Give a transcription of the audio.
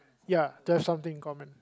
ya to have something in common